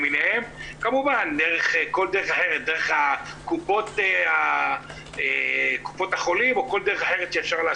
כמובן דרך קופות החולים או בכל דרך אחרת.